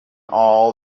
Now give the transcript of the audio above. all